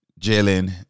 Jalen